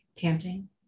panting